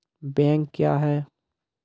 Bank क्या हैं?